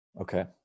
okay